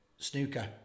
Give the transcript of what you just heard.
snooker